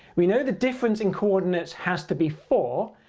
we know the difference in coordinates has to be four,